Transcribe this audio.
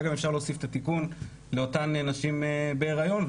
גם אפשר להוסיף את התיקון לאותן נשים בהיריון,